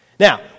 Now